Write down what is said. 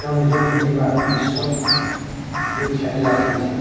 তেওঁ নিজৰ প্ৰতিভা বিশ্বত গৈ খ্যাতি লাভ কৰিছে